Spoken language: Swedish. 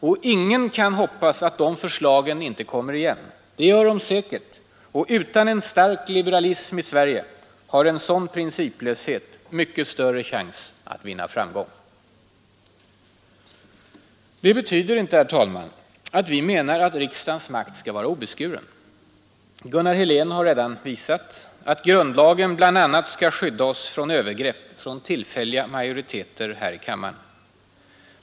Och ingen kan hoppas att de förslagen inte kommer igen. Det gör de säkert, och utan en stark liberalism i Sverige har en sådan principlöshet mycket större chans att vinna framgång. Det betyder inte, herr talman, att vi menar att riksdagens makt skall vara obeskuren. Gunnar Helén har redan visat att grundlagen bl.a. skall skydda oss från övergrepp från tillfälliga majoriteter här i kammaren.